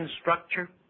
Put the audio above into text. structure